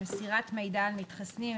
(מסירת מידע על מתחסנים),